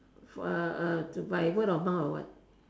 for uh uh to by word of mouth or what